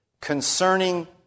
concerning